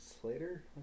Slater